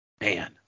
Man